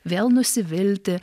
vėl nusivilti